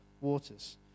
waters